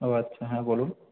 ও আচ্ছা হ্যাঁ বলুন